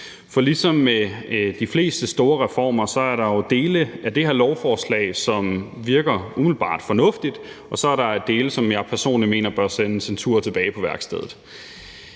For ligesom med de fleste store reformer er der jo dele af det her lovforslag, som umiddelbart virker fornuftige, og så er der dele, som jeg personligt mener bør sendes en tur tilbage på værkstedet.